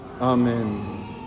Amen